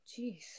Jeez